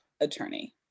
attorney